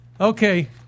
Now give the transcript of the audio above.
Okay